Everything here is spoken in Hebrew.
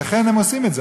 לכן הם עושים את זה.